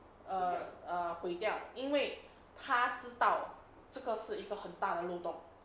err err 毁掉因为他知道这个是一个很大的漏洞